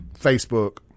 Facebook